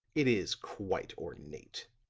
it is quite ornate,